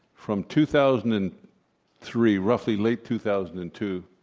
from two thousand and three, roughly late two thousand and two,